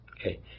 Okay